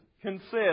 consist